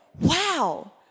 wow